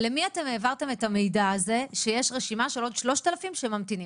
למי אתם העברתם את המידע הזה שיש רשימה של עוד 3,00 שממתינים.